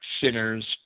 Sinners